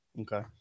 Okay